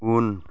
उन